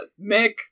Mick